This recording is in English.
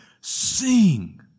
sing